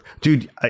Dude